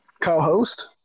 co-host